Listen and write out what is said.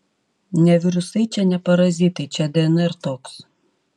ne virusai čia ne parazitai čia dnr toks